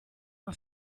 man